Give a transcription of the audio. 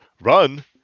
run